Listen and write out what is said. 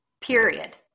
period